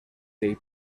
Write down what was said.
day